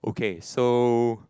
okay so